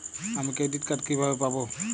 আমি credit card কিভাবে পাবো?